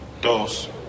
dos